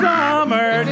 Summer